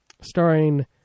starring